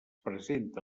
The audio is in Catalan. presenta